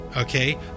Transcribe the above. Okay